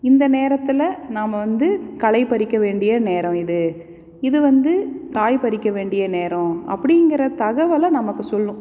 இந்த நேரத்தில் நாம் வந்து களை பறிக்க வேண்டிய நேரம் இது இது வந்து காய் பறிக்க வேண்டிய நேரம் அப்படிங்கிற தகவலை நமக்கு சொல்லும்